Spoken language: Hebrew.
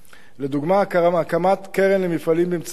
לדוגמה, הקמת קרן למפעלים במצוקה,